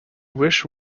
wish